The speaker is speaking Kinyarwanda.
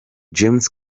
james